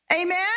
Amen